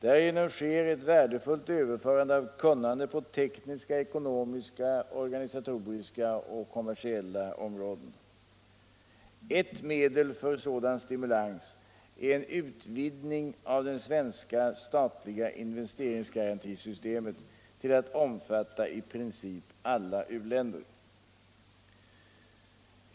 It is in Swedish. Därigenom sker ett värdefullt överförande av kunnande på tekniska, ekonomiska, organisatoriska och kommersiella områden. Ett medel för sådan stimulans är en utvidgning av det svenska statliga investeringsgarantisystemet till att omfatta i princip alla u-länder.